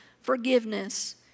forgiveness